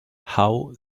how